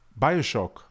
Bioshock